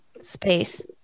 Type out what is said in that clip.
Space